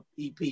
EP